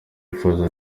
bifuza